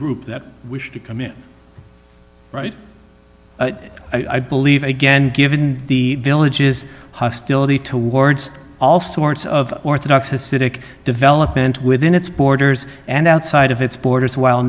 group that wish to commit i believe again given the villages hostility towards all sorts of orthodox hasidic development within its borders and outside of its borders while